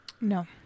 No